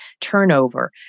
turnover